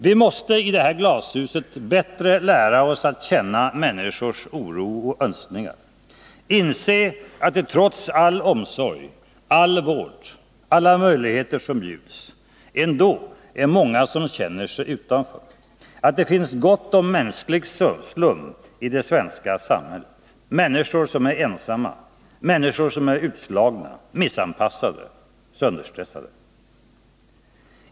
Vi måste i det här glashuset bättre lära oss att känna människors oro och önskningar, inse att det trots all omsorg, all vård, alla möjligheter som bjuds, ändå är många som känner sig utanför, att det finns gott om mänsklig slum i det svenska samhället, människor som är ensamma, utslagna, missanpassade, sönderstressade.